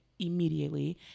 immediately